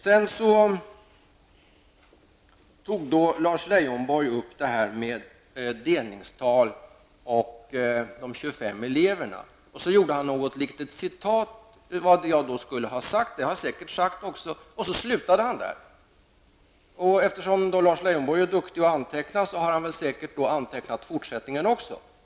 Sedan tog Lars Leijonborg upp det här med delningstal och 25 elever i varje klass. Han gjorde något litet citat av vad jag skulle ha sagt -- det har jag säkert också sagt -- och slutade där. Eftersom Lars Leijonborg är duktig på att anteckna, har han säkert antecknat fortsättningen också.